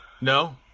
No